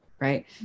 Right